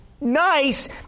nice